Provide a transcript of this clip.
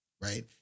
Right